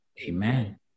Amen